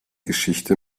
geschichte